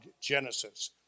Genesis